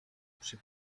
przy